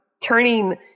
turning